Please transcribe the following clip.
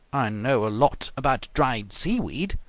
i know a lot about dried seaweed,